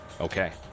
Okay